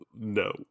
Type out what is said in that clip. no